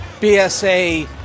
BSA